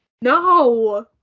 No